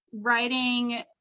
writing